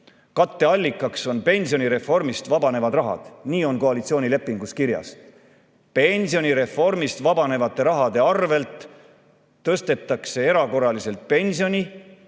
Katteallikaks on pensionireformist vabanevad rahad. Nii on koalitsioonilepingus kirjas: pensionireformist vabanevate summade arvel tõstetakse erakorraliselt pensioni